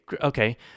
okay